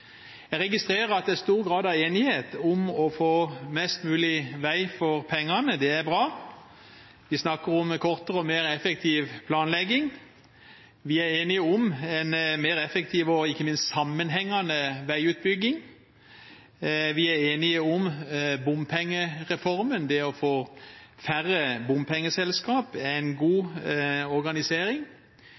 Jeg registrerer at det er stor grad av enighet om å få mest mulig vei for pengene, det er bra. Vi snakker om kortere og mer effektiv planlegging. Vi er enige om en mer effektiv og ikke minst sammenhengende veiutbygging. Vi er enige om bompengereformen, det å få færre bompengeselskap er en god organisering.